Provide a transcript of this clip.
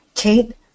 Kate